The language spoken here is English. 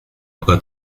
occur